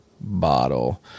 bottle